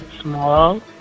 small